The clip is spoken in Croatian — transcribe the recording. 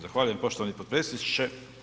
Zahvaljujem poštovani potpredsjedniče.